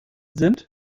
sind